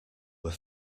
were